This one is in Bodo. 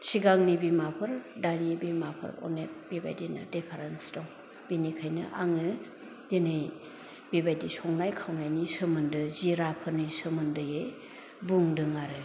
सिगांनि बिमाफोर दानि बिमाफोर अनेक बेबायदिनो डिपारेन्स दं बिनिखायनो आङो दिनै बेबायदि संनाय खावनायनि सोमोन्दै जिराफोरनि सोमोन्दैयै बुंदों आरो